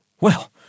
Well